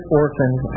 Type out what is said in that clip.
orphans